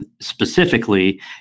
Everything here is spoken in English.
specifically